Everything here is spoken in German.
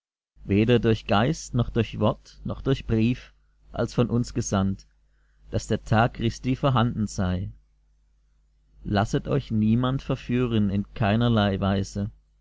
weder durch geist noch durch wort noch durch brief als von uns gesandt daß der tag christi vorhanden sei lasset euch niemand verführen in keinerlei weise